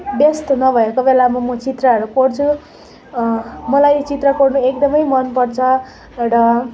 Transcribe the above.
व्यस्त नभएको बेलामा म चित्रहरू कोर्छु मलाई चित्र कोर्नु एकदमै मनपर्छ र